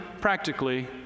practically